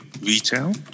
retail